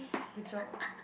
good job